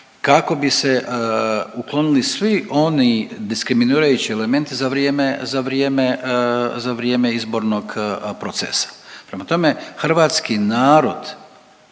kako bi se uklonili svi oni diskriminirajući elementi za vrijeme izbornog procesa. Prema tome, hrvatski narod